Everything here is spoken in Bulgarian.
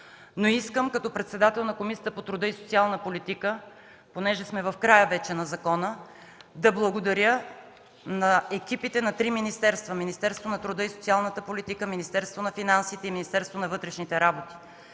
трибуната. Като председател на Комисията по труда и социалната политика, тъй като сме в края на закона, искам да благодаря на екипите на три министерства – Министерството на труда и социалната политика, Министерството на финансите и Министерството на вътрешните работи!